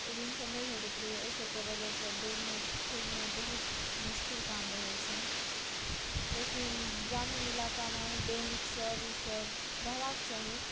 ऋणसभ नहि भेटैत रहैए ओहि सभके वजहसँ बिजनेस खुजनाइ बहुत मुश्किल काम रहैत छै लेकिन ग्रामीण इलाकामे बैंकसभ ईसभ रहबाक चाही